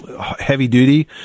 heavy-duty